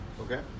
Okay